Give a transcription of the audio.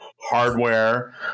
hardware